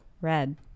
Red